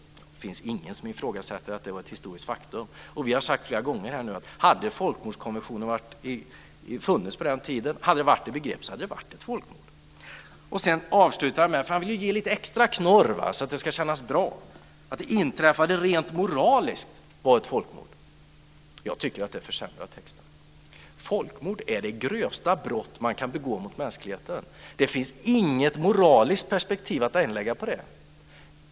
Det finns ingen som ifrågasätter att det var ett historiskt faktum, och vi har nu flera gånger sagt att om folkmordskonventionen funnits på den tiden och ett sådant begrepp hade funnits, hade det varit ett folkmord. Han avslutar med en liten extra knorr för att det ska kännas bra: att det inträffade rent moraliskt var ett folkmord. Jag tycker att det försämrar texten. Folkmord är det grövsta brott som man kan begå mot mänskligheten. Det finns inget moraliskt perspektiv att anlägga på det.